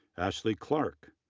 ashlie clark,